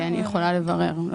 אני יכולה לברר.